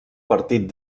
partit